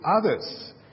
others